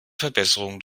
verbesserung